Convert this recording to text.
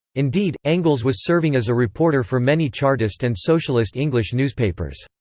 indeed, engels was serving as a reporter for many chartist and socialist english newspapers.